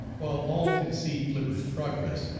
while all concede flipper's progress,